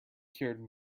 cured